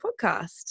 podcast